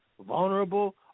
vulnerable